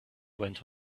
went